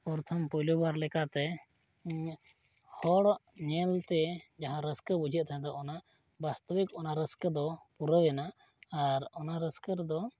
ᱯᱚᱨᱛᱷᱚᱢ ᱯᱳᱭᱞᱳᱵᱟᱨ ᱞᱮᱠᱟᱛᱮ ᱦᱚᱲ ᱧᱮᱞᱛᱮ ᱡᱟᱦᱟᱸ ᱨᱟᱹᱥᱠᱟᱹ ᱵᱩᱡᱷᱟᱹᱜ ᱛᱟᱦᱮᱸᱫ ᱫᱚ ᱚᱱᱟ ᱵᱟᱥᱛᱚᱵᱤᱠ ᱚᱱᱟ ᱨᱟᱹᱥᱠᱟᱹ ᱫᱚ ᱯᱩᱨᱟᱹᱣᱮᱱᱟ ᱟᱨ ᱚᱱᱟ ᱨᱟᱹᱥᱠᱟᱹ ᱨᱮᱫᱚ